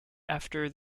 after